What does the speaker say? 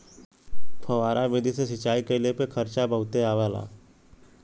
फौआरा विधि से सिंचाई कइले पे खर्चा बहुते आवला